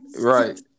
Right